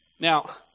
Now